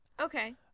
okay